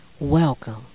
Welcome